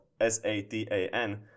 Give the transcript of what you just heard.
s-a-t-a-n